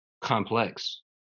complex